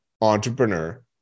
entrepreneur